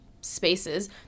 spaces